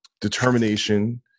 Determination